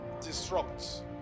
disrupt